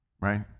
right